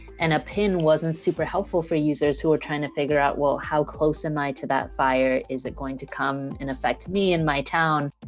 and a pin wasn't super helpful for users who are trying to figure out, well, how close am i to that fire is it going to come in, affect me and my town,